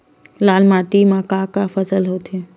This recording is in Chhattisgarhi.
लाल माटी म का का फसल होथे?